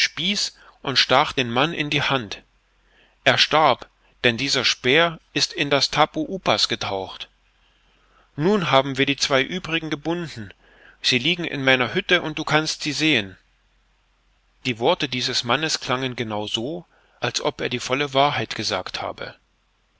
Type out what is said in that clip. und stach den mann in die hand er starb denn dieser speer ist in das tapu upas getaucht nun haben wir die zwei uebrigen gebunden sie liegen in meiner hütte und du kannst sie sehen die worte dieses mannes klangen genau so als ob er die volle wahrheit gesagt habe